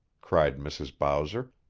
cried mrs. bowser,